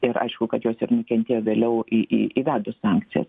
ir aišku kad jos ir nukentėjo vėliau į įvedus sankcijas